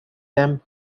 them